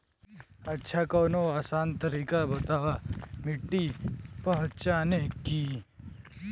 अच्छा कवनो आसान तरीका बतावा मिट्टी पहचाने की?